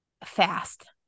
Fast